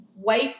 white